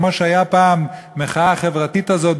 כמו שהייתה פעם המחאה החברתית הזו,